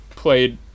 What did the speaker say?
Played